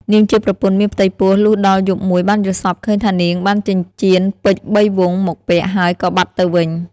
នាងជាប្រពន្ធមានផ្ទៃពោះ លុះដល់យប់មួយបានយល់សប្ដិឃើញថានាងបានចិញ្ចៀនពេជ្របីវង់មកពាក់ ហើយក៏បាត់ទៅវិញ ។